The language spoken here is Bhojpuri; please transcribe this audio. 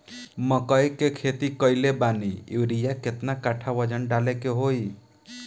मकई के खेती कैले बनी यूरिया केतना कट्ठावजन डाले के होई?